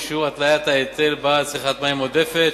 אישור התליית ההיטל בעד צריכת מים עודפת),